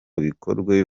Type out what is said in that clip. bikorwe